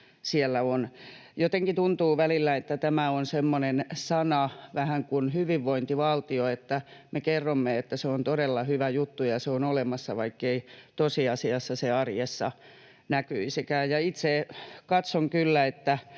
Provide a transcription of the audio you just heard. tuntuu välillä, että tämä on semmoinen sana, vähän kuin on ”hyvinvointivaltio”, että me kerromme, että se on todella hyvä juttu ja se on olemassa, vaikkei tosiasiassa se arjessa näkyisikään. Itse katson kyllä, että